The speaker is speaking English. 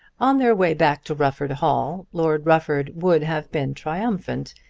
on their way back to rufford hall, lord rufford would have been triumphant,